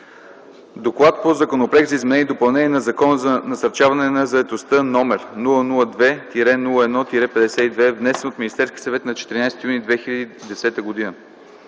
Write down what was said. „ДОКЛАД по Законопроект за изменение и допълнение на Закона за насърчаване на заетостта, № 002-01-52, внесен от Министерския съвет на 14 юни 2010 г.